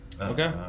Okay